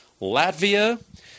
Latvia